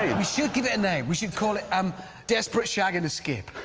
we should give it a name. we should call it um desperate shag in a skip.